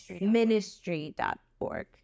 ministry.org